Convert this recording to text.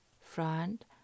front